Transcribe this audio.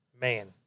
man